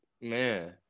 man